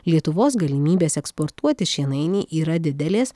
lietuvos galimybės eksportuoti šienainį yra didelės